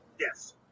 Yes